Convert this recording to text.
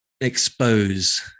expose